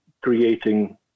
creating